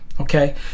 Okay